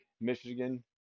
Michigan